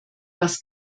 was